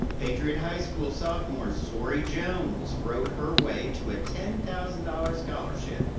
patriot high school sophomore zory jones wrote her way to a ten thousand dollars scholarship.